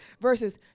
Versus